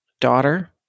daughter